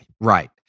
Right